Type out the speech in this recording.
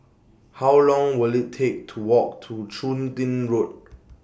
How Long Will IT Take to Walk to Chun Tin Road